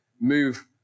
move